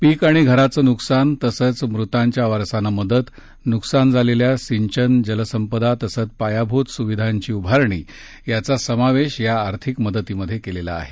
पीकं आणि घरांचं नुकसान तसंच मृतांच्या वारसांना मदत नुकसान झालेल्या सिंचन जलसंपदा तसंच पायाभूत सुविधांची उभारणी याचा समावेश या आर्थिक मदतीत केला आहे